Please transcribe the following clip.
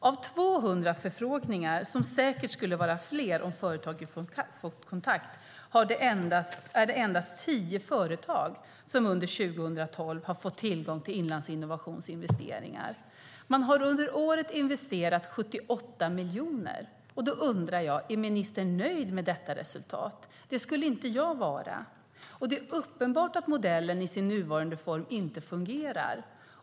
Av 200 förfrågningar - som säkert skulle vara fler om företagen fick kontakt - är det endast 10 företag som under 2012 har fått tillgång till Inlandsinnovations investeringar. Man har under året investerat 78 miljoner. Då undrar jag: Är ministern nöjd med detta resultat? Det skulle inte jag vara. Det är uppenbart att modellen i sin nuvarande form inte fungerar.